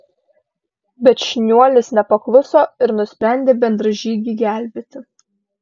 bet šniuolis nepakluso ir nusprendė bendražygį gelbėti